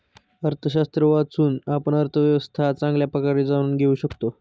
अर्थशास्त्र वाचून, आपण अर्थव्यवस्था चांगल्या प्रकारे जाणून घेऊ शकता